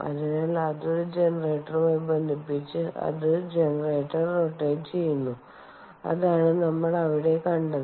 അതിനാൽ അത് ഒരു ജനറേറ്ററുമായി ബന്ധിപ്പിച്ച് അത് ജനറേറ്റർ റൊറ്റേറ്റ് ചെയുന്നു അതാണ് നമ്മൾ അവിടെ കണ്ടത്